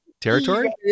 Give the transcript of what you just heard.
territory